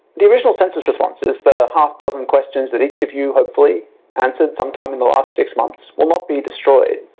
the original census responses the half dozen questions that each of you hopefully answered sometime in the last six months will not be destroyed.